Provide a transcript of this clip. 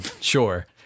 Sure